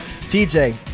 TJ